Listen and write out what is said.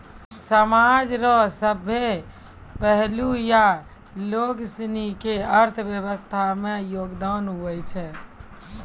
समाज रो सभ्भे पहलू या लोगसनी के अर्थव्यवस्था मे योगदान हुवै छै